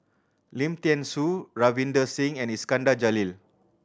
Lim Thean Soo Ravinder Singh and Iskandar Jalil